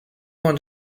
ond